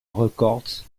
records